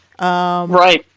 Right